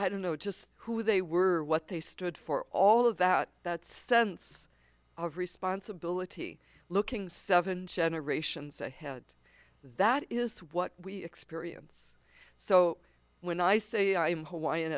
i don't know just who they were what they stood for all of that that sense of responsibility looking seven generations ahead that is what we experience so when i say i'm h